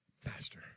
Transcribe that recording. faster